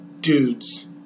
dudes